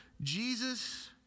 Jesus